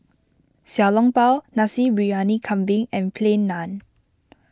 Xiao Long Bao Nasi Briyani Kambing and Plain Naan